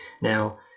now